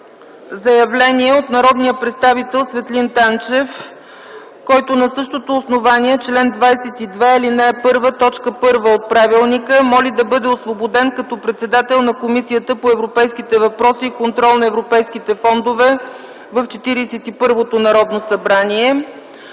заявление от народния представител Светлин Танчев, който на същото основание – чл. 22, ал. 1, т. 1 от Правилника, моли да бъде освободен като председател на Комисията по европейските въпроси и контрол на европейските фондове в Четиридесет